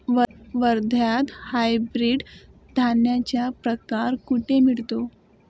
वर्ध्यात हायब्रिड धान्याचा प्रकार कुठे मिळतो?